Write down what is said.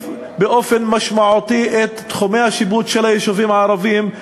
באופן משמעותי את תחומי השיפוט של היישובים הערביים,